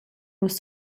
nus